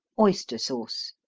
oyster sauce.